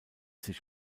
sich